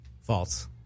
false